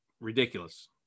ridiculous